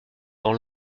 dans